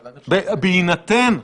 בהינתן,